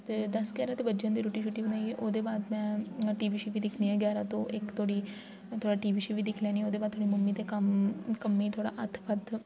ते दस ग्यारां ते बजी जन्दे रुट्टी शुट्टी बनाइयै ओह्दे बाद में टी वी शीवी दिक्खनी आं ग्यारां तो इक धोड़ी थोह्ड़ा टी वी शीवी दिक्खी लैनी आं फिर ओह्दे बाद मम्मी दे कम्म च थोह्ड़ा हत्थ हत्थ